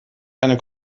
eine